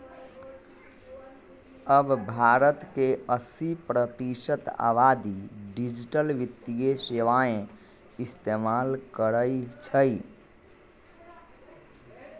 अब भारत के अस्सी प्रतिशत आबादी डिजिटल वित्तीय सेवाएं इस्तेमाल करई छई